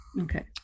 Okay